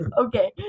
okay